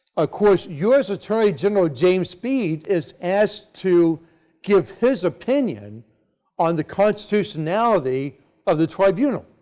of course, u. s. attorney general james speed is asked to give his opinion on the constitutionality of the tribunal,